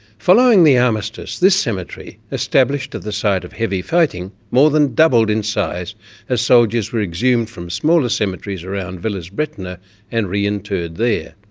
following the armistice, this cemetery, established at the site of heavy fighting, more than doubled in size as soldiers were exhumed from smaller cemeteries around villers-bretonneux and reinterred there.